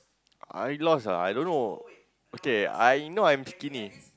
I lost ah I don't know okay I know I am skinny